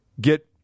get